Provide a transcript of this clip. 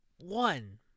one